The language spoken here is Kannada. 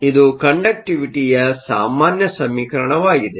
ಇದು ಕಂಡಕ್ಟಿವಿಟಿಯ ಸಾಮಾನ್ಯ ಸಮೀಕರಣವಾಗಿದೆ